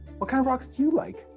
what kind of rocks do you like?